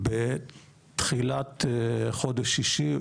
בתחילת חודש שישי,